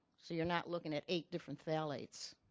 so you're not looking at eight different phthalates